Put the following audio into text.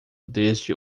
desde